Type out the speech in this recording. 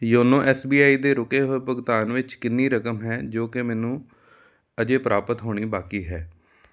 YONO S B I ਦੇ ਰੁਕੇ ਹੋਏ ਭੁਗਤਾਨ ਵਿੱਚ ਕਿੰਨੀ ਰਕਮ ਹੈ ਜੋ ਕਿ ਮੈਨੂੰ ਅਜੇ ਪ੍ਰਾਪਤ ਹੋਣੀ ਬਾਕੀ ਹੈ